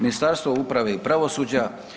Ministarstvo uprave i pravosuđa.